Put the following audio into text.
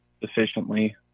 efficiently